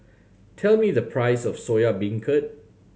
tell me the price of Soya Beancurd